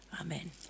Amen